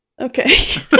Okay